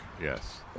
yes